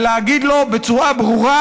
ולהגיד לו בצורה ברורה: